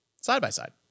side-by-side